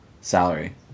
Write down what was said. salary